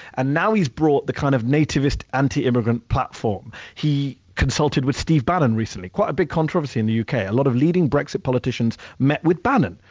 and now he's brought the kind of nativist, anti-immigrant platform. he consulted with steve bannon recently, quite a big controversy in the u. k. a lot of leading brexit politicians met with bannon,